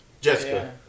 Jessica